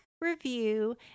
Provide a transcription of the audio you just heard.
review